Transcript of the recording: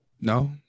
No